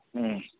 ಹ್ಞೂ